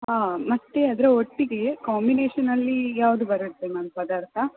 ಹಾಂ ಮತ್ತು ಅದರ ಒಟ್ಟಿಗೆ ಕಾಂಬಿನೇಷನಲ್ಲಿ ಯಾವುದು ಬರುತ್ತೆ ಮ್ಯಾಮ್ ಪದಾರ್ಥ